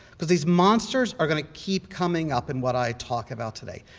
because these monsters are going to keep coming up in what i talk about today,